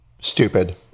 stupid